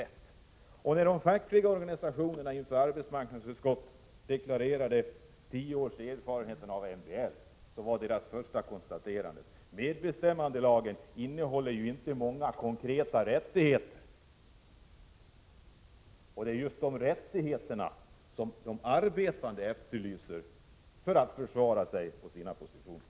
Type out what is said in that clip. När de fackliga organisationerna inför arbetsmarknadsutskottet redovisade tio års erfarenheter av MBL var deras första konstaterande att medbestämmandelagen inte innehåller många konkreta rättigheter. Det är just dessa rättigheter som de arbetande efterlyser för att kunna försvara sig och sina positioner.